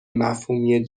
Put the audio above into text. مفهومی